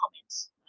comments